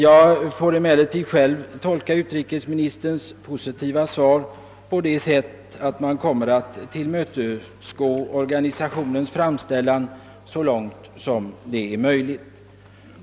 Jag tolkar emellertid själv utrikesministerns positiva svar på det sättet, att man kommer att tillmötesgå organisationens framställning så långt det är möjligt.